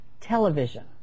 television